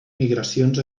migracions